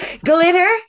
glitter